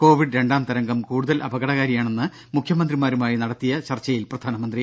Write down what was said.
Covid രണ്ടാം തരംഗം കൂടുതൽ അപകടകാരിയാണെന്ന് മുഖ്യമന്ത്രിമാരുമായി നടത്തിയ ചർച്ചയിൽ പ്രധാനമന്ത്രി